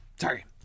sorry